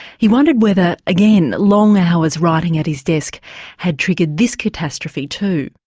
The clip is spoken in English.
he wondered whether, again, long hours writing at his desk had triggered this catastrophe too.